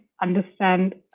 understand